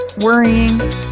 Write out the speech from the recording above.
worrying